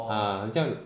ah 很像